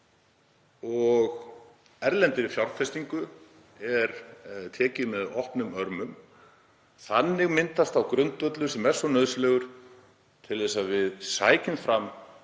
erlendri fjárfestingu tekið með opnum örmum. Þannig myndast sá grundvöllur sem er svo nauðsynlegur til að við sækjum fram,